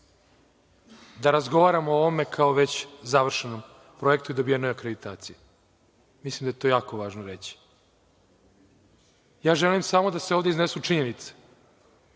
da razgovaram o ovome kao već završenom projektu i dobijenoj akreditaciji. Mislim da je to jako važno reći. Ja želim samo da se ovde iznesu činjenice.